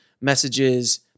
messages